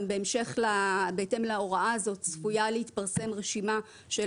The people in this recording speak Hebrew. גם בהתאם להוראה הזאת צפויה להתפרסם רשימה של